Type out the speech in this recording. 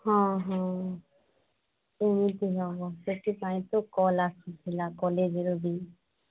ହଁ ହଁ କେମିତି ହେବ ସେଥିପାଇଁ ତ କଲ୍ ଆସିଥିଲା କଲେଜରୁ ବି